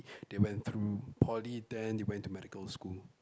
they went through poly then they went to medical school